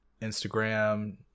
instagram